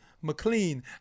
McLean